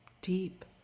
Deep